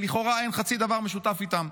שלכאורה אין חצי דבר משותף איתם.